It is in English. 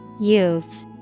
Youth